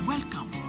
Welcome